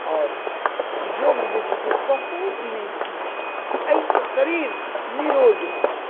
आओर योग जे छै से बहुत नीक चीज छै एहिसँ शरीर निरोग रहत